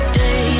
day